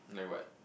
like what